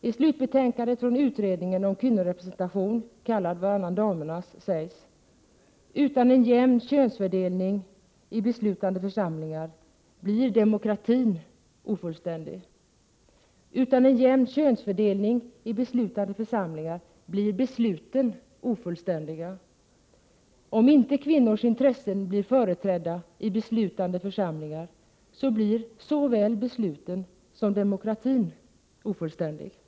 I slutbetänkandet från utredningen om kvinnorepresentation, kallad Varannan damernas, sägs: — Utan en jämn könsfördelning i beslutande församlingar blir demokratin ofullständig. — Utan en jämn könsfördelning i beslutande församlingar blir besluten ofullständiga. — Om inte kvinnors intressen blir företrädda i beslutande församlingar blir såväl besluten som demokratin ofullständiga. Prot.